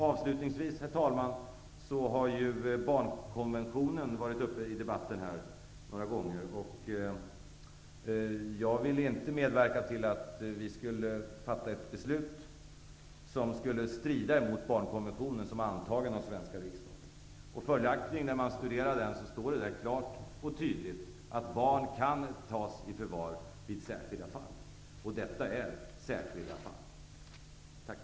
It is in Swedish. Avslutningsvis, herr talman, ett par ord med anledning av att barnkonventionen har varit uppe i debatten flera gånger. Jag vill inte medverka till att vi fattar ett beslut som skulle strida mot barnkonventionen, som är antagen av den svenska riksdagen. Man finner, när man studerar konventionen, att där står klart och tydligt att barn kan tas i förvar vid särskilda fall, och detta är särskilda fall.